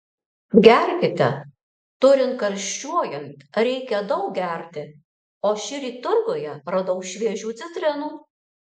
gerkite turint karščiuojant reikia daug gerti o šįryt turguje radau šviežių citrinų